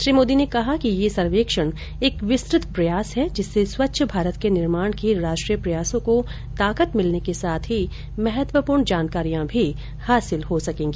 श्री मोदी ने कहा कि यह सर्वेक्षण एक विस्तृत प्रयास है जिससे स्वच्छ भारत के निर्माण के राष्ट्रीय प्रयासों को ताकत मिलने के साथ महत्वपूर्ण जानकारियां भी हासिल हो सकेंगी